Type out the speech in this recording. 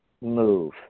move